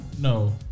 No